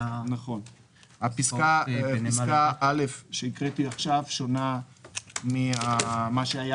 פסקת משנה (א) שהקראתי עכשיו שונה ממה שהיה